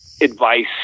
advice